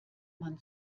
man